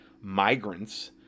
migrants